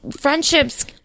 friendships